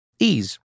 ease